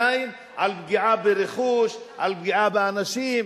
פלסטינים על פגיעה ברכוש, על פגיעה באנשים.